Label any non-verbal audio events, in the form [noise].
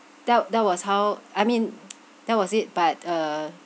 that that was how I mean [noise] that was it but uh